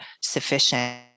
sufficient